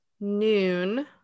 noon